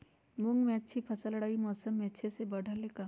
मूंग के फसल रबी मौसम में अच्छा से बढ़ ले का?